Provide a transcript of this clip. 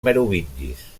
merovingis